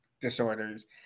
disorders